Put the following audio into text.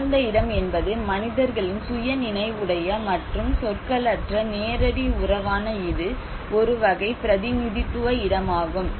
வாழ்ந்த இடம் என்பது மனிதர்களின் சுய நினைவு உடைய மற்றும் சொற்களற்ற நேரடி உறவான இது ஒரு வகை பிரதிநிதித்துவ இடமாகும்